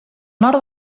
nord